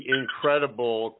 incredible